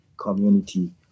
community